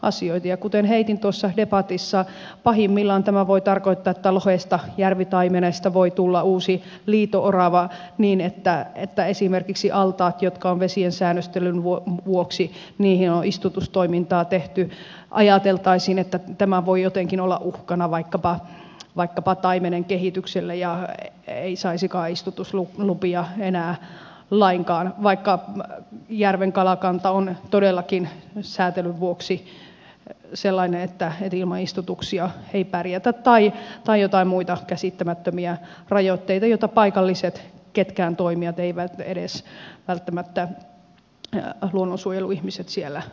ja kuten heitin debatissa pahimmillaan tämä voi tarkoittaa että lohesta ja järvitaimenesta voi tulla uusi liito orava niin että kun esimerkiksi altaisiin on vesien säännöstelyn vuoksi istutustoimintaa tehty ajateltaisiin että tämä voi jotenkin olla uhkana vaikkapa taimenen kehitykselle ja ei saisikaan istutuslupia enää lainkaan vaikka järven kalakanta on todellakin säätelyn vuoksi sellainen että ilman istutuksia ei pärjätä tai joitain muita käsittämättömiä rajoitteita joita paikalliset ketkään toimijat edes välttämättä luonnonsuojeluihmiset eivät siellä toivoisi